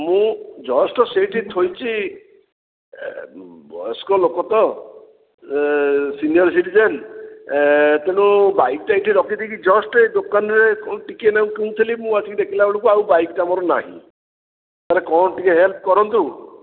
ମୁଁ ଜଷ୍ଟ୍ ସେଇଠି ଥୋଇଛି ବୟସ୍କ ଲୋକ ତ ସିନିୟର୍ ସିଟିଜେନ୍ ତେଣୁ ବାଇକଟା ଏଠି ରଖିଦେଇକି ଜଷ୍ଟ୍ ଏ ଦୋକାନେରେ କଣ ଟିକେ ନା କୁ କିଣୁଥିଲି ମୁଁ ଆସି ଦେଖିଲାବେଳକୁ ଆଉ ବାଇକଟା ମୋର ନାହିଁ ସାର୍ କଣ ଟିକେ ହେଲ୍ପ କରନ୍ତୁ